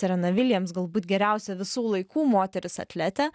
serena williams galbūt geriausia visų laikų moteris atletė